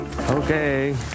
Okay